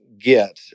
get